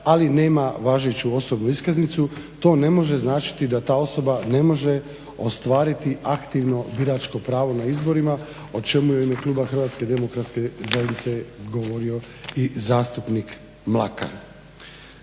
ali nema važeću osobnu iskaznicu to ne može značiti da ta osoba ne može ostvariti aktivno biračko pravo na izborima o čemu je u ime kluba HDZ-a govorio i zastupnik Mlakar.